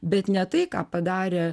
bet ne tai ką padarė